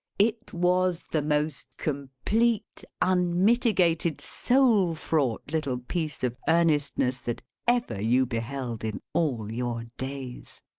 it was the most complete, unmitigated, soul-fraught little piece of earnestness that ever you beheld in all your days.